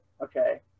okay